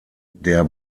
der